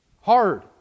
hard